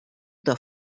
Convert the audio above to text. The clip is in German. der